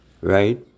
right